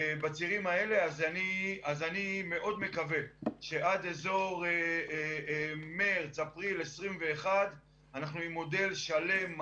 אני מאוד מקווה שעד אזור מרץ-אפריל 2021 אנחנו עם מודל שלם,